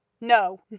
No